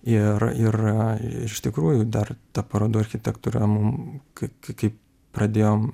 ir ir iš tikrųjų dar ta parodų architektūra mum kai kai kai pradėjom